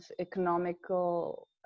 economical